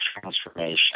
transformation